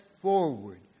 forward